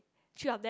three of them